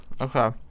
Okay